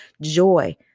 joy